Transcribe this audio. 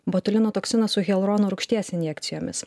botulino toksiną su hialurono rūgšties injekcijomis